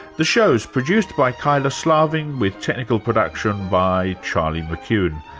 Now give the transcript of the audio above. the show is produced by kyla slaven, with technical production by charlie mckune.